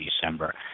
December